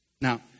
Now